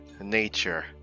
Nature